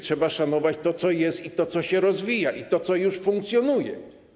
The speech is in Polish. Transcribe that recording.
Trzeba szanować to, co jest, to, co się rozwija, i to, co już funkcjonuje.